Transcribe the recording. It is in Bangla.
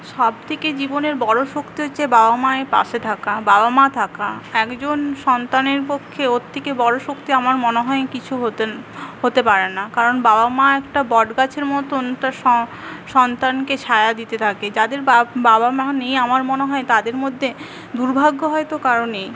সবথেকে জীবনের বড়ো শক্তি হচ্ছে বাবা মায়ের পাশে থাকা বাবা মা থাকা একজন সন্তানের পক্ষে ওর থেকে বড়ো শক্তি আমার মনে হয় কিছু হতে হতে পারে না কারণ বাবা মা একটা বট গাছের মতন তার স সন্তানকে ছায়া দিতে থাকে যাদের বাব বাবা মা নেই আমার মনে হয় তাদের মধ্যে দুর্ভাগ্য হয়তো কারও নেই